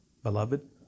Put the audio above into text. Beloved